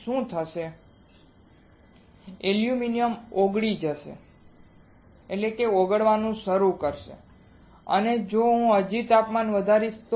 શું થશે એલ્યુમિનિયમ પહેલા ઓગળશે તે ઓગળવાનું શરૂ કરશે અને જો હું હજુ પણ તાપમાન વધારીશ તો